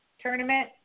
tournament